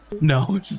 No